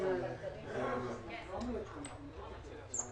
הנושא של דחיית המועדים לתשלום מס או למקדמות,